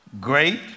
great